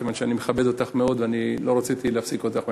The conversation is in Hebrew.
כיוון שאני מכבד אותך מאוד לא רציתי להפסיק אותך באמצע,